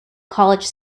college